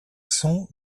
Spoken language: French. cents